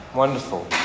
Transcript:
Wonderful